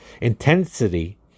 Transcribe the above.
Intensity